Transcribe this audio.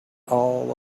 all